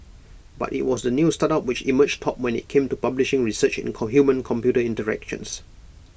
but IT was the new startup which emerged top when IT came to publishing research in humancomputer interactions